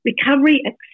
Recovery